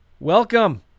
Welcome